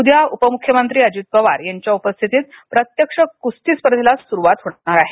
उद्या उपमुख्यमंत्री अजित पवार यांच्या उपस्थितीत प्रत्यक्ष क्स्ती स्पर्धेला सुरुवात होणार आहे